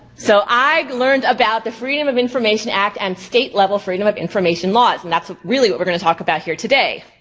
so i had learned about the freedom of information act and state level freedom of information laws. and that's really what we're gonna talk about here today.